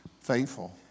faithful